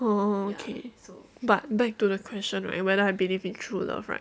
oh okay but back to the question of whether I believe in true love right